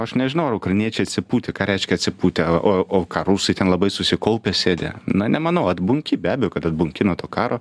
aš nežinau ar ukrainiečiai atsipūtę ką reiškia atsipūtę o o o ką rusai ten labai susikaupę sėdi na nemanau atbunki be abejo kad atbunki nuo to karo